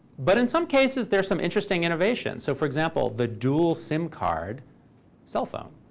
but in some cases, there's some interesting innovation. so for example, the dual sim card cell phone.